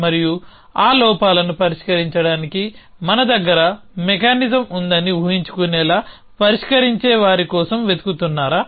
మరియు ఆ లోపాలను పరిష్కరించడానికి మన దగ్గర మెకానిజం ఉందని ఊహించుకునేలా పరిష్కరించేవారి కోసం వెతుకుతున్నారా